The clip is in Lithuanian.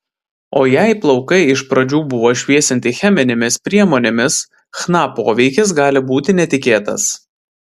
o jei plaukai iš pradžių buvo šviesinti cheminėmis priemonėmis chna poveikis gali būti netikėtas